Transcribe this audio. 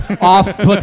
off